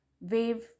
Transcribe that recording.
wave